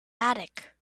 attic